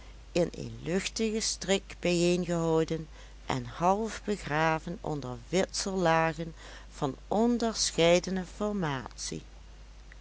in een luchtigen strik bijeengehouden en halfbegraven onder witsellagen van onderscheidene